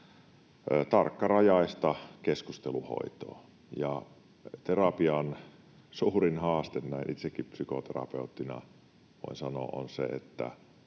tarkkarajaista keskusteluhoitoa, ja terapian suurin haaste — näin itsekin psykoterapeuttina voin sanoa — on se, että